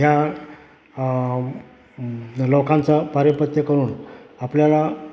ह्या लोकांचं पारिपत्य करून आपल्याला